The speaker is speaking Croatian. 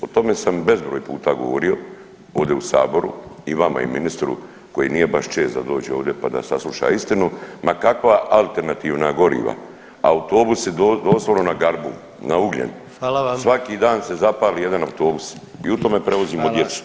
O tome sam bezbroj puta govorio ovdje u Saboru i vama i ministru koji nije baš često da dođe ovdje pa da sasluša istinu, ma kakva alternativna goriva, autobusi doslovno na garbun, na ugljen, [[Upadica: Hvala vam.]] svaki dan se zapali jedan autobus i u tome prevozimo djecu.